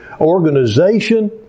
organization